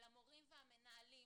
על המורים והמנהלים,